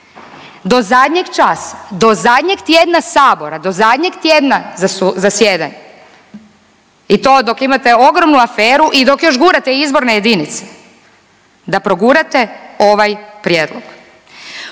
do zadnjeg časa, do zadnjeg tjedna Sabora, do zadnjeg tjedna zasjedanja i to dok imate ogromnu aferu i dok još gurate izborne jedinice da progurate ovaj prijedlog.